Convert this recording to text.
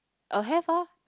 err have ah